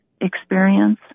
experience